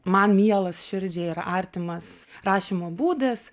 man mielas širdžiai ir artimas rašymo būdas